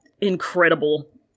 Incredible